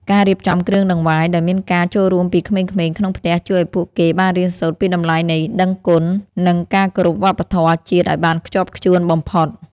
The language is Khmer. ការរៀបចំគ្រឿងដង្វាយដោយមានការចូលរួមពីក្មេងៗក្នុងផ្ទះជួយឱ្យពួកគេបានរៀនសូត្រពីតម្លៃនៃដឹងគុណ និង ការគោរពវប្បធម៌ជាតិឱ្យបានខ្ជាប់ខ្ជួនបំផុត។